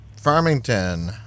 Farmington